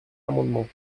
amendement